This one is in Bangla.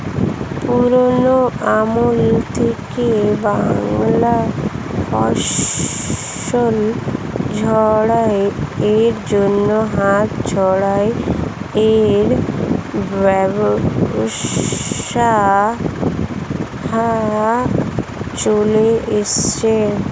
পুরোনো আমল থেকেই বাংলায় ফসল ঝাড়াই এর জন্য হাত ঝাড়াই এর ব্যবস্থা চলে আসছে